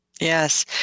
Yes